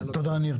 תודה, ניר.